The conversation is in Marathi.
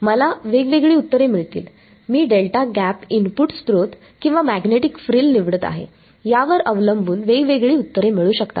मला वेगवेगळी उत्तरे मिळतील मी डेल्टा गॅप इनपुट स्त्रोत किंवा मॅग्नेटिक फ्रिल निवडत आहे यावर अवलंबून वेगवेगळी उत्तरे मिळू शकतात